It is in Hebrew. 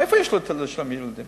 מאיפה יש לו לשלם לילדים?